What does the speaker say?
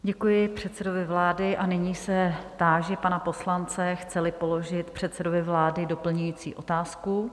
Děkuji předsedovi vlády a nyní se táži pana poslance, chceli položit předsedovi vlády doplňující otázku?